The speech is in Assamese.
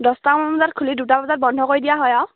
দহটামান বজাত খুলি দুটামান বজাত বন্ধ কৰি দিয়া হয় আৰু